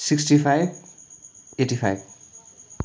sixty five eighty five